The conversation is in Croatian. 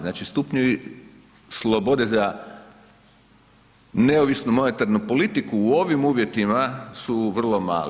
Znači stupnji slobode za neovisnu monetarnu politiku u ovim uvjetima su vrlo mali.